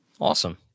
Awesome